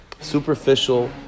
superficial